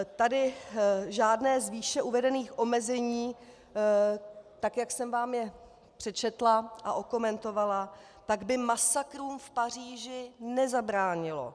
Tady žádné z výše uvedených omezení, tak jak jsem vám je přečetla a okomentovala, tak by masakrům v Paříži nezabránilo.